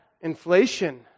inflation